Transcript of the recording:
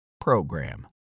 program